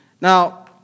Now